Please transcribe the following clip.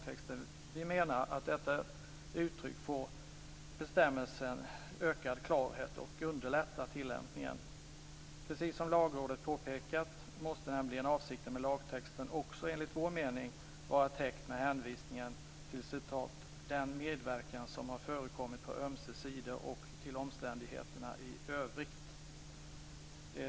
Vi menar att bestämmelsen utan detta uttryck får ökad klarhet och att det underlättar tillämpningen. Precis som Lagrådet påpekat måste nämligen avsikten med lagtexten också enligt vår mening vara täckt med hänvisningen till "den medverkan som har förekommit på ömse sidor" och till "omständigheterna i övrigt."